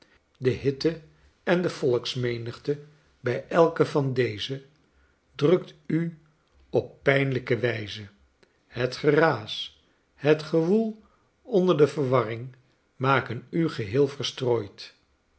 de hitte en de volksmenigte bij elke van deze drukt u op pijnlijke wijze het geraas het gewoel onder de verwarring maken u geheel verstrooid